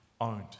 owned